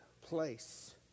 place